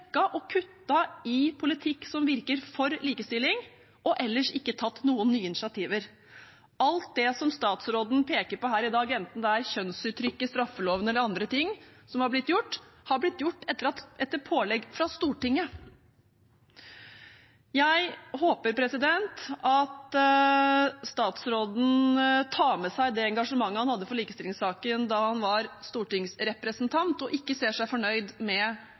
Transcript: og kuttet i politikk som virker for likestilling, og ellers ikke tatt noen nye initiativer. Alt det som statsråden peker på her i dag, enten det er kjønnsuttrykk i straffeloven eller andre ting som er blitt gjort, er blitt gjort etter pålegg fra Stortinget. Jeg håper at statsråden tar med seg det engasjementet han hadde for likestillingssaken da han var stortingsrepresentant, og ikke ser seg fornøyd med